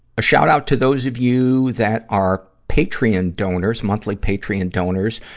a shout-out to those of you that are patreon donors, monthly patreon donors.